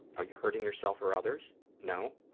are you hurting yourself or others? no.